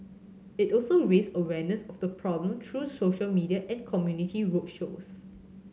it also raised awareness of the problem through social media and community road shows